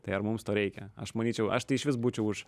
tai ar mums to reikia aš manyčiau aš tai išvis būčiau už